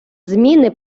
зміни